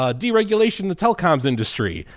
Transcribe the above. ah deregulation in the telecoms industry.